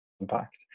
impact